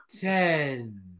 Ten